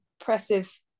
impressive